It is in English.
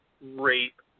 rape